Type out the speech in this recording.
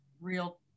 real